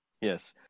Yes